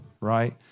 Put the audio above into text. right